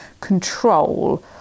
control